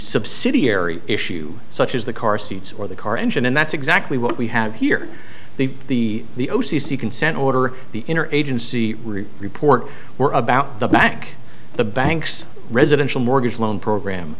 subsidiary issue such as the car seats or the car engine and that's exactly what we have here the the o c c consent order the inner agency report were about the back the banks residential mortgage loan program